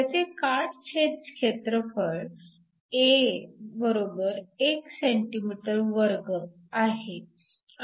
त्याचे काटछेद क्षेत्रफळ A 1 cm2 आहे